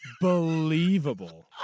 believable